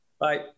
bye